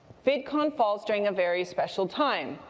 vidcon falls during a very special time.